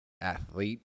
athlete